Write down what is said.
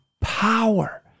power